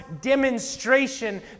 demonstration